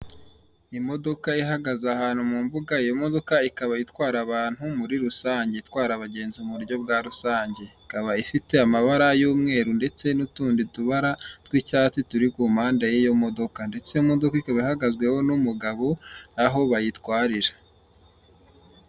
Imodoka ihagaze ahantu mu mbuga, iyo modoka ikaba itwara abantu muri rusange itwara abagenzi mu buryo bwa rusange, ikaba ifite amabara y'umweru ndetse n'utundi tubara tw'icyatsi turi ku mpande y'iyo modoka, ndetse iyo modoka ikaba ihagazweho n'umugabo aho bayitwarira.